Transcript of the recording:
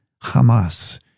Hamas